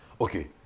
Okay